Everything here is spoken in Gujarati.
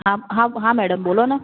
હા હા હા મૅડમ બોલો ને